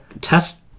test